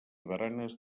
baranes